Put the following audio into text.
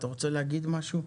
אתה רוצה להגיד משהו?